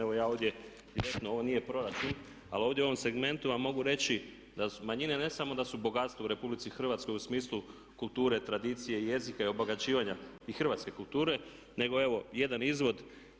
Evo ja ovdje direktno, ovo nije proračun, ali ovdje u ovom segmentu vam mogu reći da manjine ne samo da su bogatstvo u Republici Hrvatskoj u smislu kulture, tradicije, jezika i obogaćivanja i hrvatske kulture, nego evo jedan izvod.